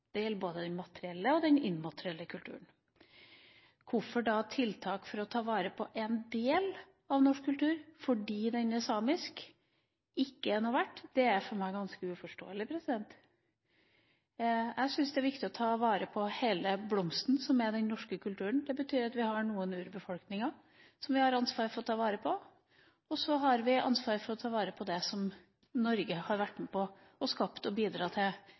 Det gjelder både den materielle og den immaterielle kulturen. Hvorfor er ikke da tiltak for å ta vare på en del av norsk kultur fordi den er samisk, noe verdt – det er for meg ganske uforståelig. Jeg syns det er viktig å ta vare på hele den «blomsten» som er den norske kulturen. Det betyr at vi har noen urbefolkninger som vi har ansvar for å ta vare på, og så har vi ansvar for å ta vare på det Norge har vært med på å skape og bidra med til